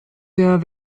der